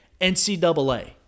NCAA